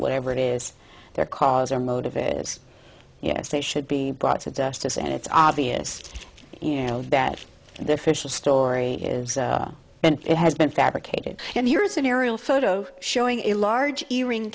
whatever it is their cause or motive is yes they should be brought to justice and it's obvious you know that their fish story is and it has been fabricated and here's an aerial photo showing a large earring